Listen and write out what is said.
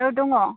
औ दङ